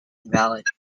invalid